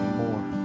more